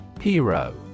Hero